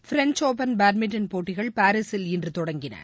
French Open badminton போட்டிகள் பாரீசில் இன்று தொடங்குகியது